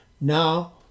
Now